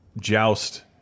Joust